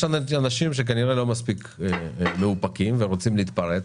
יש אנשים שכנראה לא מספיק מאופקים ורוצים להתפרץ